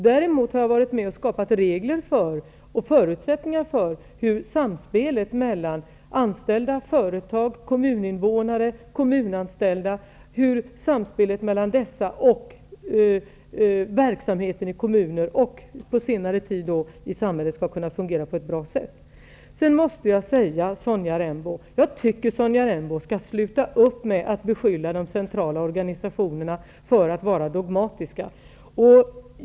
Däremot har jag varit med och skapat förutsättningar och regler för hur samspelet mellan anställda, företag, kommuninvånare, kommunanställda och verksamheten i kommunerna -- och på senare tid i samhället -- skall kunna fungera på ett bra sätt. Jag tycker att Sonja Rembo skall sluta att beskylla de centrala organisationerna för att vara dogmatiska.